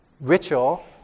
ritual